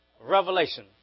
revelation